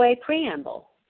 Preamble